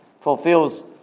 fulfills